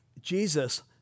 Jesus